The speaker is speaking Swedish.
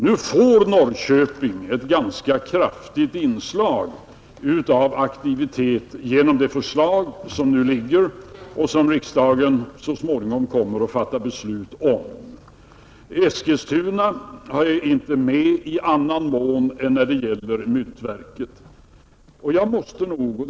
Nu får Norrköping ett ganska kraftigt inslag av aktivitet genom det förslag som nu ligger och som riksdagen så småningom kommer att fatta beslut om. Eskilstuna är inte med i annan mån än när det gäller myntoch justeringsverket.